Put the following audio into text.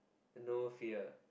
no fear